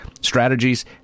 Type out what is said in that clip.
strategies